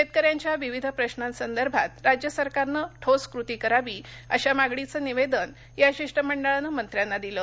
शेतकऱ्यांच्या विविध प्रश्नासंदर्भात राज्य सरकारनं ठोस कृती करावी अशा मागणीच निवेदन या शिष्टमंडळानं मंत्र्यांना दिलं